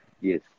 yes